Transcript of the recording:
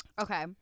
Okay